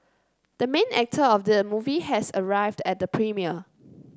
the main actor of the movie has arrived at the premiere